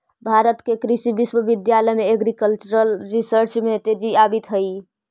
भारत के कृषि विश्वविद्यालय में एग्रीकल्चरल रिसर्च में तेजी आवित हइ